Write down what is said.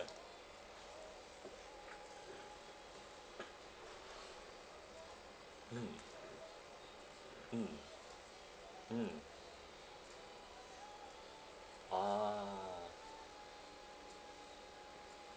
mm mm mm ah